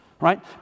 Right